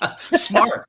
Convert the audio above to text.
Smart